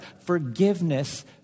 forgiveness